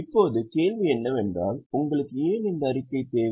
இப்போது கேள்வி என்னவென்றால் உங்களுக்கு ஏன் இந்த அறிக்கை தேவை